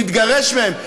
נתגרש מהם,